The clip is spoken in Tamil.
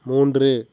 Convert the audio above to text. மூன்று